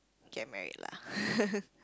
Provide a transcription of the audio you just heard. get married lah